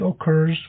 occurs